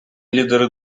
лідери